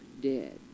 dead